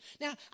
Now